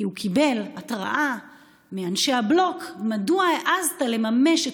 כי הוא קיבל התראה מאנשי הבלוק: מדוע העזת לממש את